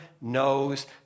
knows